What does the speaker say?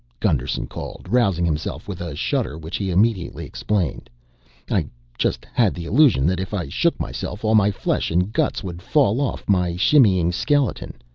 gusterson called, rousing himself with a shudder which he immediately explained i just had the illusion that if i shook myself all my flesh and guts would fall off my shimmying skeleton,